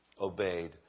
obeyed